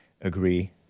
agree